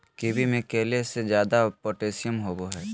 kiwi में केले से ज्यादा पोटेशियम होबो हइ